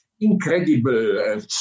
incredible